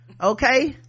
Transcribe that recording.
okay